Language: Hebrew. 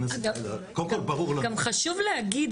קודם כל ברור לנו --- גם חשוב להגיד,